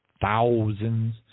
thousands